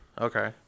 Okay